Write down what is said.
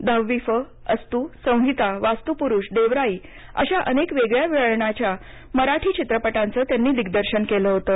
दहावी फ अस्तु संहिता वास्तुपुरुष देवराई अशा अनेक वेगळ्या वळणाच्या मराठी चित्रपटांचं त्यांनी दिग्दर्शन केलं होतं